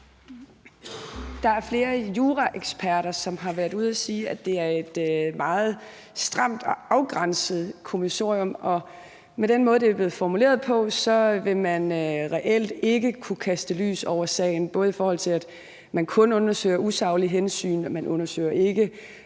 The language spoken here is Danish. Der er flere juraeksperter, som har været ude at sige, at det er et meget stramt og afgrænset kommissorium, og med den måde, det er blevet formuleret på, vil man reelt ikke kunne kaste lys over sagen, både i forhold til at man kun undersøger usaglige hensyn, og at man ikke undersøger fejl,